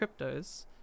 cryptos